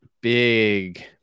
Big